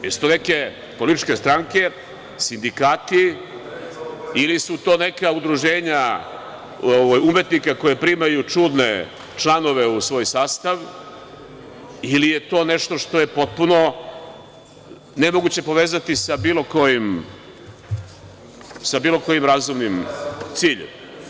Da li su to neke političke stranke, sindikati ili su to neka udruženja umetnika koja primaju čudne članove u svoj sastav ili je to nešto što je potpuno nemoguće povezati sa bilo kojim razumnim ciljem.